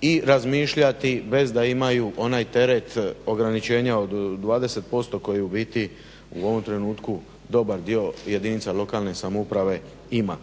i razmišljati bez da imaju onaj teret ograničenja od 20% koji je u biti u ovom trenutku dobar dio jedinica lokalne samouprave ima.